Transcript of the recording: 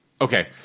Okay